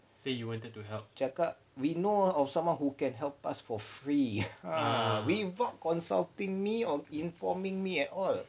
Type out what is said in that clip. cakap we know of someone who can help us for free ah without consulting me or informing me at all